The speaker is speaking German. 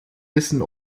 wissen